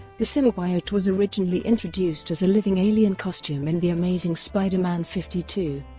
the symbiote was originally introduced as a living alien costume in the amazing spider-man fifty two,